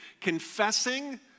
confessing